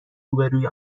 روبهروی